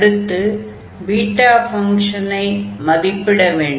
அடுத்து பீட்டா ஃபங்ஷனை மதிப்பிட வேண்டும்